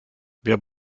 wer